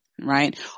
right